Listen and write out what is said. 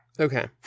Okay